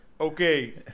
okay